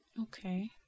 Okay